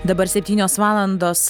dabar septynios valandos